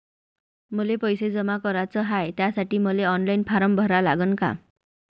मले पैसे जमा कराच हाय, त्यासाठी मले ऑनलाईन फारम भरा लागन का?